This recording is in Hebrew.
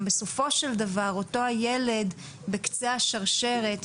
הם בסופו של דבר אותו הילד בקצה השרשרת,